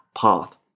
path